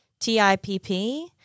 T-I-P-P